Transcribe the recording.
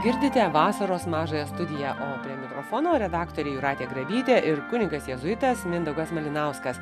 girdite vasaros mažąją studiją prie mikrofono redaktorė jūratė grabytė ir kunigas jėzuitas mindaugas malinauskas